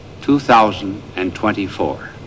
2024